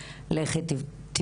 בבקשה גבירתי.